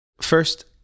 first